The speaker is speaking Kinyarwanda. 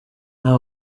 nta